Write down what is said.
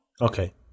okay